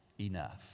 enough